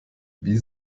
wie